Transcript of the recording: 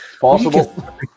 possible